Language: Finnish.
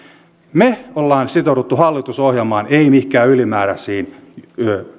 me olemme sitoutuneet hallitusohjelmaan ei mihinkään ylimääräisiin